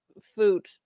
food